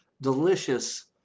delicious